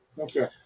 Okay